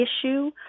issue